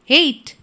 eight